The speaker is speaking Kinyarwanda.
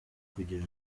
kugira